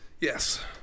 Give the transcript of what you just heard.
Yes